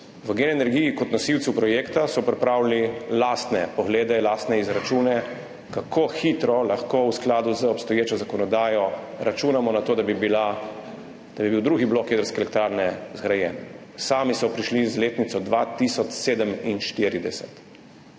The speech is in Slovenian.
V Gen energiji kot nosilcu projekta so pripravili lastne poglede, lastne izračune, kako hitro lahko v skladu z obstoječo zakonodajo računamo na to, da bi bil drugi blok jedrske elektrarne zgrajen. Sami so prišli z letnico 2047.